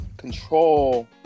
control